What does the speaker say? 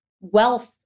wealth